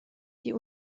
die